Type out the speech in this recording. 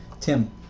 Tim